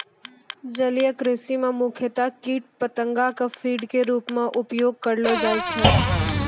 जलीय कृषि मॅ मुख्यतया कीट पतंगा कॅ फीड के रूप मॅ उपयोग करलो जाय छै